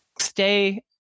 stay